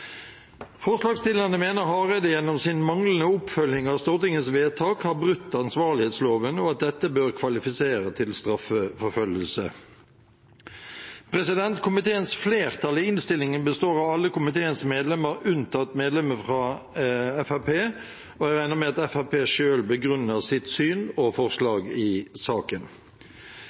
Forslagsstillerne mener Hareide gjennom sin manglende oppfølging av Stortingets vedtak har brutt ansvarlighetsloven og at dette bør kvalifisere til straffeforfølgelse. Komiteens flertall i innstillingen består av alle komiteens medlemmer unntatt medlemmet fra Fremskrittspartiet, og jeg regner med at Fremskrittspartiet selv begrunner sitt syn og forslag i saken.